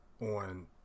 on